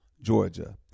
Georgia